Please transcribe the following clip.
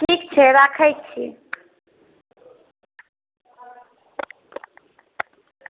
ठीक छै राखै छी